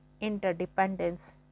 interdependence